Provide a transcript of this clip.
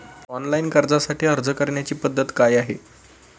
Online कर्जासाठी अर्ज करण्याची पद्धत काय आहे?